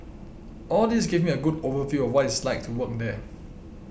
all this gave me a good overview of what it's like to work there